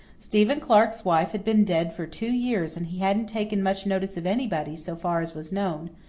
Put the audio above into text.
stephen clark's wife had been dead for two years and he hadn't taken much notice of anybody, so far as was known.